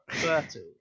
Turtle